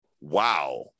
wow